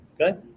okay